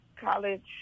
College